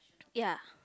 ya